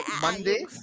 Monday